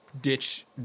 ditch